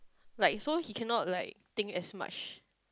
like so he cannot like think as much